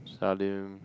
Salim